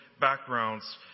backgrounds